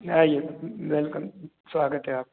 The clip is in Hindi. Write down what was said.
आइए वेलकम स्वागत है आपका